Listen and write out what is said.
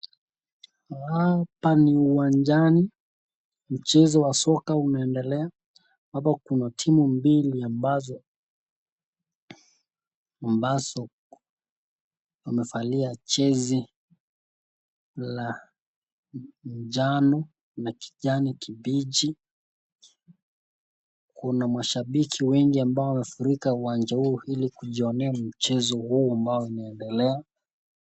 Hapa ni uwanjani, mchezo wa soka unaendelea ambapo kuna timu mbili ambazo ambazo wamevalia jezi la njano na kijani kibichi. Kuna mashabiki wengi ambao wamefurika uwanja huo ili kujionea mchezo huo ambao unaendelea.